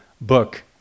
book